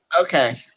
Okay